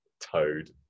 Toad